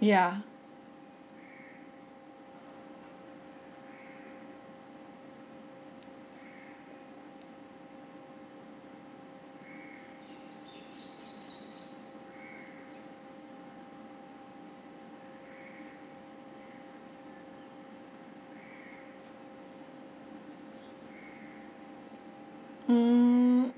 ya mm